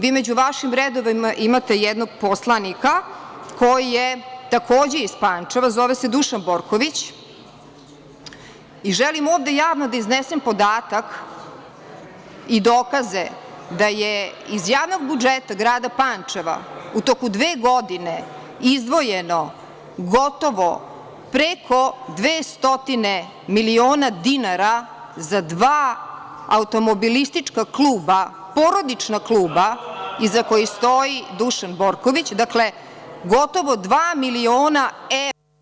Vi među vašim redovima imate jednog poslanika koji je takođe iz Pančeva, zove se Dušan Borković, i želim ovde javno da iznesem podatak i dokaze da je iz javnog budžeta grada Pančeva u toku dve godine izdvojeno gotovo preko 200 miliona dinara za dva automobilistička kluba, porodična kluba, iza kojih stoji Dušan Borković, dakle, gotovo dva miliona evra…